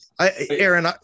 Aaron